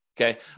Okay